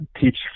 teach